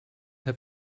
have